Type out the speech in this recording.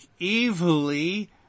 evilly